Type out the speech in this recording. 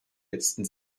letzten